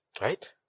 Right